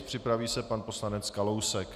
Připraví se pan poslanec Kalousek.